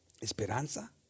esperanza